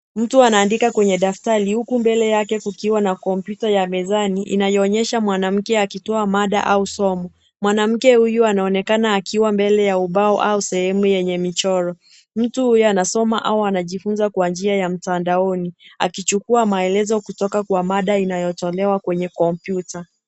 Mtu anaandika kwenye daftari huku mbele yake kukiwa na kompyuta ya mezani, inayoonyesha mwanamke akitoa mada au somo. Mwanamke huyu anaonekana akiwa mbele ya ubao au sehemu yenye michoro. Mtu huyu anasoma au anajifunza kwa njia ya mtandaoni, akichukua maelezo kutoka kwa mada inayotolewa kwenye kompyuta.